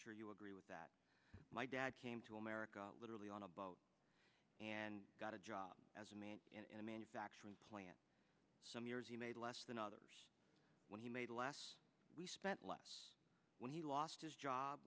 sure you agree with that my dad came to america literally on a boat and got a job as a man in a manufacturing plant he made less than others when he made last we spent less when he lost his job